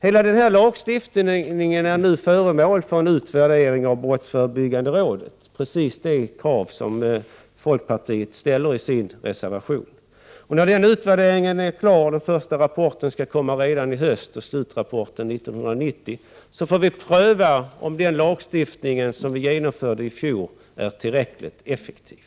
Hela denna lagstiftning är nu föremål för en utvärdering av brottsförebyggande rådet — precis det krav som folkpartiet ställer i sin reservation. När denna utvärdering är klar — den första rapporten skall komma redan i höst och slutrapporten 1990 -— får vi pröva om den lagstiftning som infördes i fjol är tillräckligt effektiv.